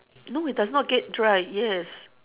no it does not get dry yes